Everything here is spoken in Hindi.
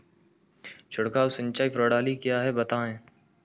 छिड़काव सिंचाई प्रणाली क्या है बताएँ?